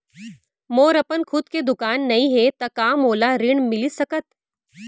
मोर अपन खुद के दुकान नई हे त का मोला ऋण मिलिस सकत?